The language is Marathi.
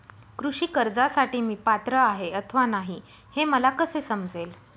कृषी कर्जासाठी मी पात्र आहे अथवा नाही, हे मला कसे समजेल?